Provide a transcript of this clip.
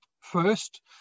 first